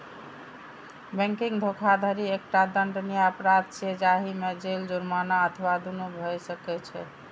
banking धोखाधड़ी एकटा दंडनीय अपराध छियै, जाहि मे जेल, जुर्माना अथवा दुनू भए सकै छै